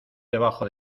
debajo